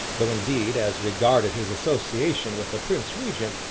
though, indeed, as regarded his association with the prince regent,